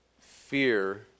fear